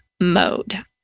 mode